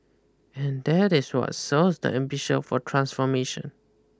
and that is what sows the ambition for transformation